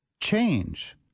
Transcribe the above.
Change